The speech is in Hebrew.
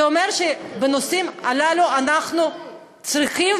זה אומר שבנושאים הללו אנחנו צריכים,